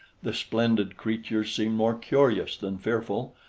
the splendid creatures seemed more curious than fearful,